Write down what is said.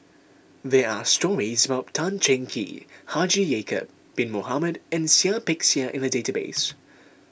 there are stories about Tan Cheng Kee Haji Ya'Acob Bin Mohamed and Seah Peck Seah in the database